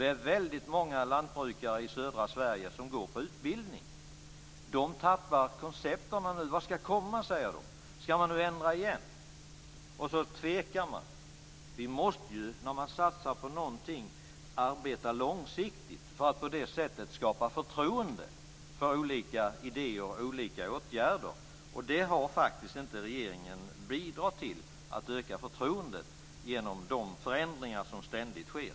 Det är väldigt många lantbrukare i södra Sverige som går på utbildning. De tappar koncepterna nu. Vad ska komma? säger de. Ska man nu ändra igen? Då tvekar de. Vi måste, när vi satsar på någonting, arbeta långsiktigt för att på det sättet skapa förtroende för olika idéer och olika åtgärder, och regeringen har inte bidragit till att öka förtroendet genom de förändringar som ständigt sker.